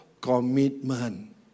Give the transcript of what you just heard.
commitment